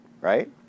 right